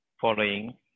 following